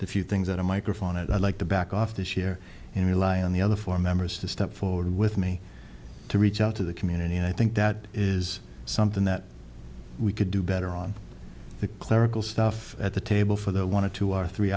the few things that a microphone and i like to back off this year and rely on the other four members to step forward with me to reach out to the community and i think that is something that we could do better on the clerical stuff at the table for the want to two or three